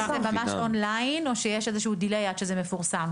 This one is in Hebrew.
ממש און ליין או שיש איזה שהוא דיליי עד שזה מפורסם?